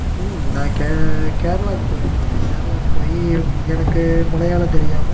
ம் நான் கே கேரளாவுக்கு போயிருக்கேங்க கேரளாவுக்கு போய் எனக்கு மலையாளம் தெரியாமல்